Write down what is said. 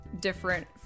different